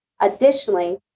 Additionally